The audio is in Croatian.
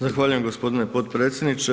Zahvaljujem gospodine potpredsjedniče.